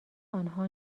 آنها